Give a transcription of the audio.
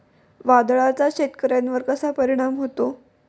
वादळाचा शेतकऱ्यांवर कसा परिणाम होतो?